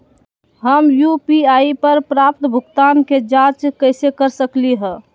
हम यू.पी.आई पर प्राप्त भुगतान के जाँच कैसे कर सकली ह?